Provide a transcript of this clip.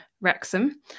Wrexham